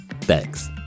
Thanks